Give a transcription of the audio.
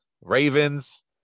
Ravens